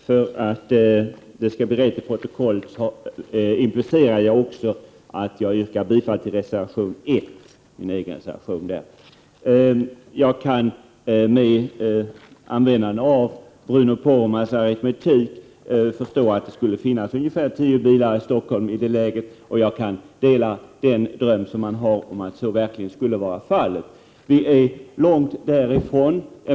Herr talman! För att det skall bli rätt i protokollet yrkar jag bifall även till reservation 1, min egen reservation. Jag kan, med användande av Bruno Poromaas aritmetik, förstå att det skulle finnas ungefär tio bilar i Stockholm i det läget. Jag kan dela den dröm som man har om att så verkligen skulle vara fallet. Vi är emellertid långt därifrån.